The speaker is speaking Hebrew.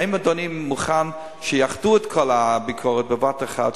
האם אדוני מוכן שיאחדו את כל הביקורת בבת-אחת,